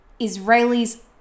Israelis